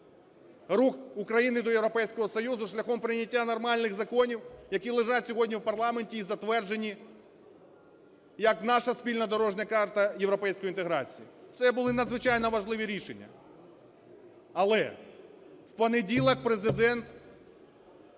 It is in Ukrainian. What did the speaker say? рух України до Європейського Союзу шляхом прийняття нормальних законів, які лежать сьогодні в парламенті і затверджені як наша спільна дорожня карта європейської інтеграції, це були надзвичайно важливі рішення. Але в понеділок Президент